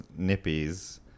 nippies